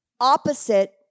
Opposite